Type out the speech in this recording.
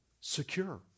secure